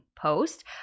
post